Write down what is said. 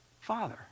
Father